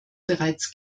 bereits